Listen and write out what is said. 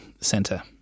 center